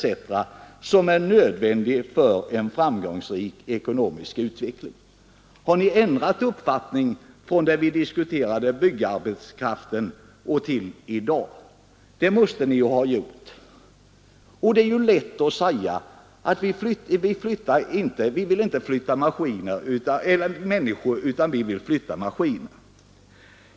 som är nödvändig för en framgångsrik ekonomisk utveckling.” Har ni ändrat uppfattning från den gången vi diskuterade byggarbetskraften? Det måste ni ha gjort. Det är lätt att säga att man inte vill flytta människor utan maskiner.